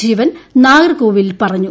ശിവൻ നാഗർകോവിലിൽ പറഞ്ഞു